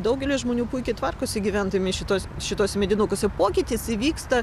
daugelis žmonių puikiai tvarkosi gyvendami šituos šituose medinukuose pokytis įvyksta